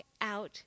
out